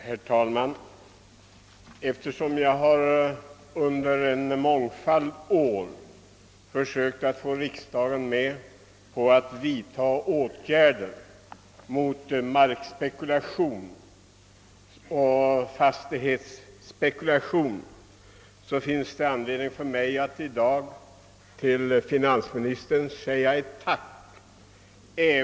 Herr talman! Eftersom jag under en mångfald år försökt förmå riksdagen att vidtaga åtgärder mot markoch fastighetsspekulation har jag i dag anledning att till finansministern framföra ett tack.